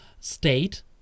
state